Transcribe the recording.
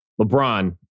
LeBron